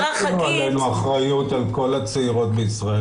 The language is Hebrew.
קודם כל אל תפילו עלינו אחראיות על כל הצעירות בישראל,